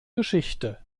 geschichte